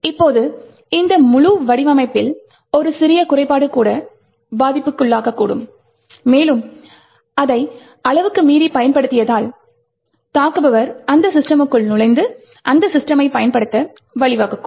இப்போது இந்த முழு வடிவமைப்பில் ஒரு சிறிய குறைபாடு கூட பாதிப்புக்குள்ளாகக்கூடும் மேலும் அதை அளவுக்கு மீறி பயன்படுத்தியதால் தாக்குபவர் அந்த சிஸ்டமுக்குள் நுழைந்து அந்த சிஸ்டமை பயன்படுத்த வழிவகுக்கும்